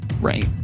Right